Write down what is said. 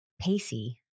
Pacey